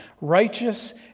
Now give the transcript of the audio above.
righteous